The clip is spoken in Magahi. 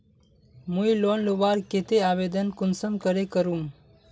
मुई लोन लुबार केते आवेदन कुंसम करे करूम?